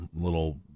little